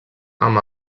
amb